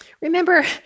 Remember